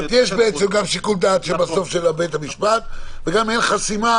יש שיקול דעת של בית המשפט בסוף, וגם אין חסימה